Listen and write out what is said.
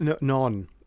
none